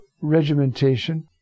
regimentation